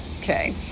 okay